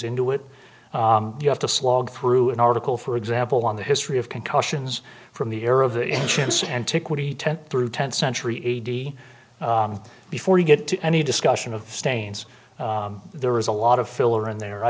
into it you have to slog through an article for example on the history of concussions from the era of the insurance antiquity ten through tenth century a d before you get to any discussion of stains there is a lot of filler in there i